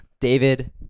David